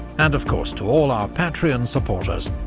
and of course to all our patreon supporters,